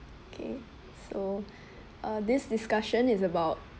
okay so uh this discussion is about